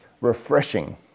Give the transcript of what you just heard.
refreshing